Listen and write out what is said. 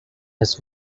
his